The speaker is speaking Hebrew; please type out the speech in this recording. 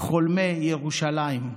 חולמי ירושלים.